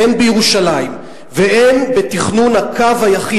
הן בירושלים והן בתכנון הקו היחיד,